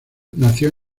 nació